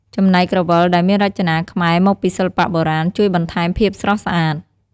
ចំណែកក្រវិលដែលមានរចនាខ្មែរមកពីសិល្បៈបុរាណជួយបន្ថែមភាពស្រស់ស្អាត។